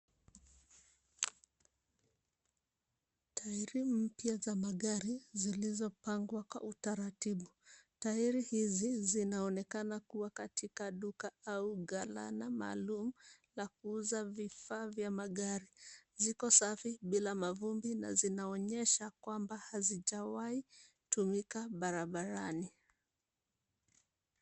Tairi mpya za magari zilizopangwa kwa utaratibu. Tairi hizi zinaonekana kuwa katika duka au galana maalum la kuuza vifaa vya magari. Ziko safi bila mavumbi na zinaonyesha kwamba hazijawahi tumika barabarani.